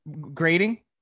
grading